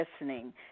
listening